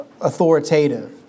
authoritative